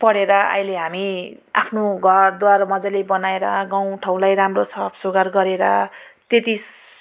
पढेर अहिले हामी आफ्नो घरद्वार मजाले बनाएर गाउँ ठाउँलाई राम्रो साफ सुग्घर गरेर त्यति